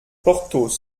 porthos